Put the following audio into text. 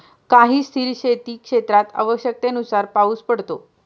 काही स्थिर शेतीक्षेत्रात आवश्यकतेनुसार पाऊस पडतो